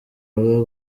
baba